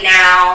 now